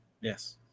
Yes